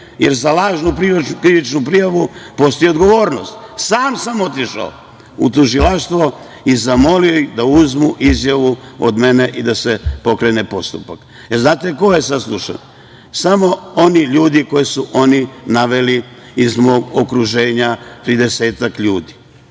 jer za lažnu krivičnu prijavu postoji odgovornost. Sam sam otišao u tužilaštvo i zamolio da uzmu izjavu od mene i da se pokrene postupak. Jel znate ko je saslušan? Samo oni ljudi koje su oni naveli iz mog okruženja,